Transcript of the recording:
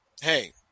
hey